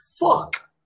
Fuck